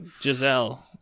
giselle